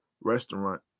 restaurant